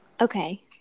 Okay